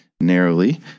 narrowly